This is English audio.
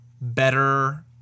better